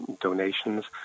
donations